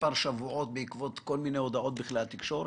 מספר שבועות בעקבות כל מיני הודעות בכלי התקשורת?